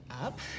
up